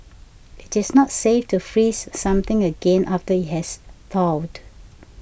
it is not safe to freeze something again after it has thawed